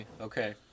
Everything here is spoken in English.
Okay